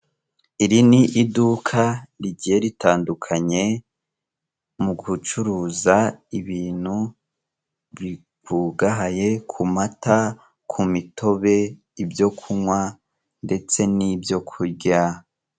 Iri ni iduka rigiye ritandukanye mugucuruza ibintu bikungahaye kumata kumitobe ibyokunkwa ndetse nibyo kurya.